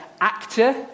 actor